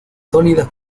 sólidas